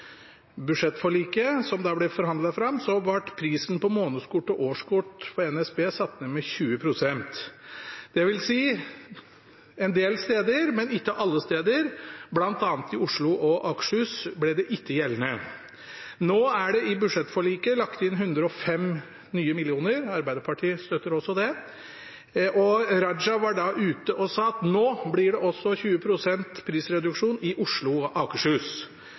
budsjettforliket som da ble forhandlet fram – ble prisen på månedskort og årskort på NSB satt ned med 20 pst. Det vil si en del steder, men ikke alle steder. Blant annet ble det ikke gjeldende i Oslo og Akershus. Nå er det i budsjettforliket lagt inn 105 nye millioner. Arbeiderpartiet støtter også det. Raja var ute og sa at nå blir det også 20 pst. prisreduksjon i Oslo og Akershus.